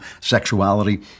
sexuality